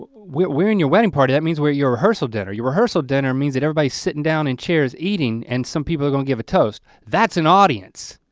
but we're we're in your wedding party. that means where your rehearsal dinner, your rehearsal dinner means that everybody sitting down and cheers eating and some people are gonna give a toast. that's an audience.